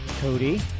Cody